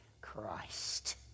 Christ